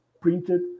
printed